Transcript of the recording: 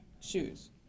shoes